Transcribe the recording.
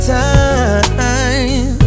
time